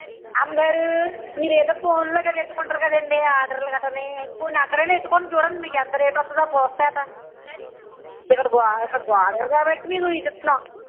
అమ్మగారు మీరు ఏదో ఫోన్లో గట్రా పెట్టుకుంటారు కదండీ ఆర్డర్ గట్రాను పోనీ అక్కడన్నా పెట్టుకుని చూడండి మీకు ఎంత రేటు వస్తుందో పులస చేప ఇక్కడ బాగా ఇక్కడ బాగుండదు కాబట్టి మీకు ఇది ఇస్తున్నాము